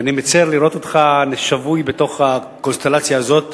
ואני מצר לראות אותך שבוי בתוך הקונסטלציה הזאת.